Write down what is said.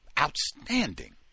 Outstanding